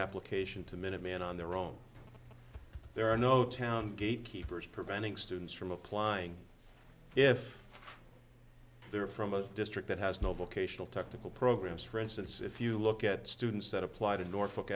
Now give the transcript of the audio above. application to minuteman on their own there are no town gatekeepers preventing students from applying if they're from a district that has no vocational technical programs for instance if you look at students that applied in norfolk